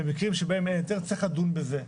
במקרים שבהם אין היתר, צריך לדון בזה.